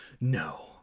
No